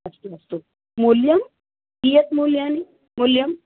अस्तु अस्तु मूल्यं कियत् मूल्यं मूल्यं